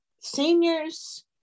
Seniors